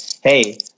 hey